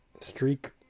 streak